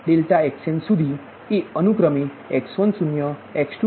∆xnસુધીએ અનુક્રમે x10 x20